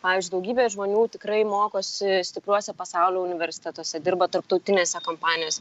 pavyzdžiui daugybė žmonių tikrai mokosi stipriuose pasaulio universitetuose dirba tarptautinėse kampanijos